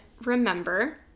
remember